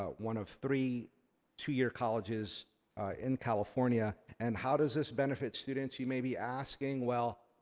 ah one of three two year colleges in california. and how does this benefit students you may be asking? well,